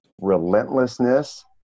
relentlessness